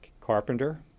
carpenter